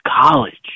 college